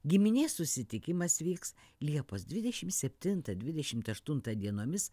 giminės susitikimas vyks liepos dvidešim septintą dvidešimt aštuntą dienomis